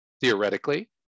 theoretically